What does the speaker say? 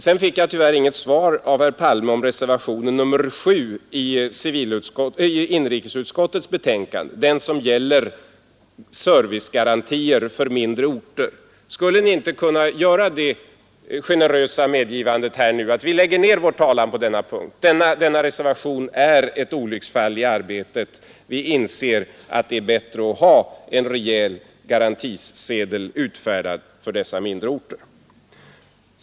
Sedan fick jag tyvärr inget svar av herr Palme om reservationen 7 i inrikesutskottets betänkande, alltså den reservation som gäller servicegarantier för mindre orter. Skulle ni inte nu kunna göra det generösa medgivandet att ni sade: Vi lägger ner vår talan på denna punkt. Denna reservation är ett olycksfall i arbetet. Vi inser att det är bättre att ha en rejäl garantisedel utfärdad för dessa mindre orter.